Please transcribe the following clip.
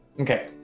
Okay